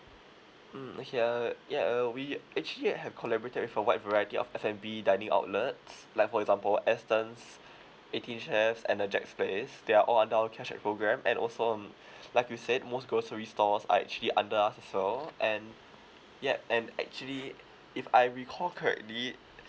mm okay uh yeah uh we actually have collaborated with a wide variety of F&B dining outlets like for example astons eighteen chefs and a jack's place they are all under our cashback program and also um like you said most grocery stores are actually under us as well and yup and actually if I recall correctly